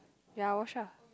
ya wash lah